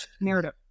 narrative